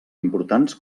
importants